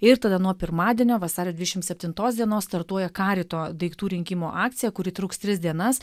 ir tada nuo pirmadienio vasario dvidešimt septintos dienos startuoja karito daiktų rinkimo akcija kuri truks tris dienas